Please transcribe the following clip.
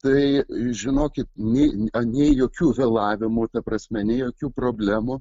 tai žinokit nei anie jokių vėlavimų ta prasme nei jokių problemų